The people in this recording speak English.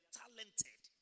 talented